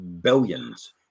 billions